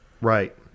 Right